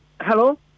hello